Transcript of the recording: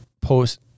post